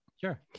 Sure